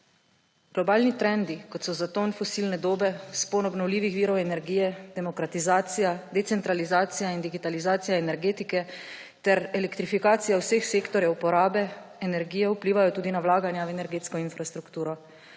Globalni trendi, kot so zaton fosilne dobe, vzpon obnovljivih virov energije, demokratizacija, decentralizacija in digitalizacija energetike ter elektrifikacija vseh sektorjev porabe energije vplivajo tudi na vlaganja v energetsko infrastrukturo.